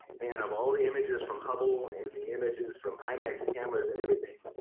and of all the images from hubble and the images from imax cameras and everything.